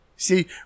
See